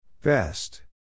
Best